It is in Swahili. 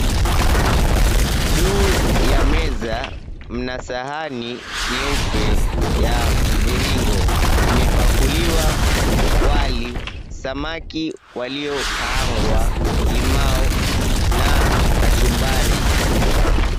Juu ya meza mna sahani nyeupe ya mviringo imepakuliwa wali, samaki waliokaangwa, limau na kachumbari.